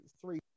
three